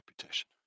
reputation